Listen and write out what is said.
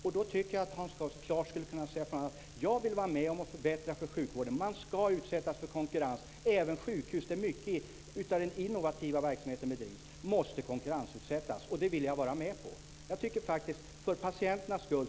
Jag tycker att Hans Karlsson klart skulle säga: Jag vill vara med om att förbättra för sjukvården; den ska utsättas för konkurrens, och även sjukhus, där mycket av den innovativa verksamheten bedrivs, måste konkurrensutsättas. Det skulle vara ett bra uttalande för patienternas skull.